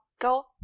go